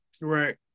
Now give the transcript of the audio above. Right